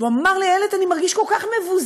והוא אמר לי: איילת, אני מרגיש כל כך מבוזה.